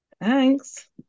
thanks